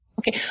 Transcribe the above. Okay